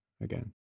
again